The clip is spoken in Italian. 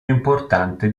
importante